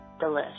Delish